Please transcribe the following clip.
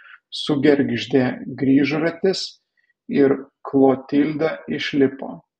sugergždė grįžratis ir klotilda išlipo